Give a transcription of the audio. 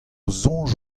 soñj